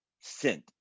sent